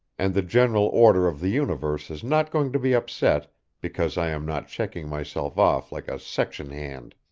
and the general order of the universe is not going to be upset because i am not checking myself off like a section-hand.